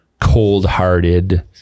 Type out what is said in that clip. cold-hearted